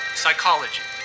psychology